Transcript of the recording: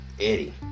Eddie